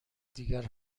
دیگر